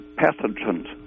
pathogens